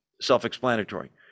self-explanatory